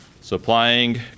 supplying